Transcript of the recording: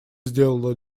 сделала